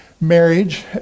marriage